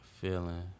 feeling